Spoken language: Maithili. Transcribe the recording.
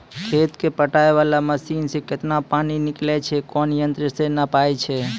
खेत कऽ पटाय वाला मसीन से केतना पानी निकलैय छै कोन यंत्र से नपाय छै